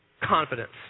confidence